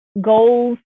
goals